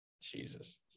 jesus